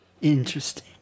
Interesting